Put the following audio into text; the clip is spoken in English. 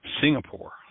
Singapore